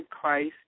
Christ